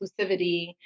inclusivity